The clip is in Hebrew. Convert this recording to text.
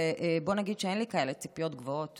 ובואו נגיד שאין לי כאלה ציפיות גבוהות.